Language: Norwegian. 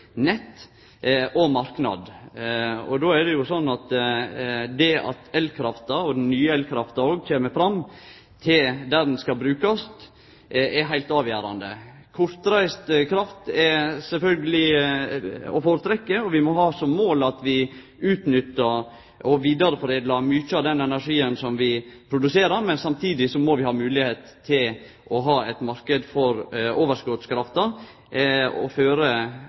nett og marknad. Det at elkrafta, den nye elkrafta òg, kjem fram der ho skal brukast, er heilt avgjerande. Kortreist kraft er sjølvsagt å føretrekkje. Vi må ha som mål at vi utnyttar og vidareforedlar mykje av den energien som vi produserer, men samtidig må vi ha moglegheit til å ha ein marknad for overskotskrafta og føre